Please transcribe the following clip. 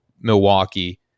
Milwaukee